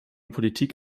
politik